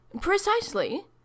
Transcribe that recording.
Precisely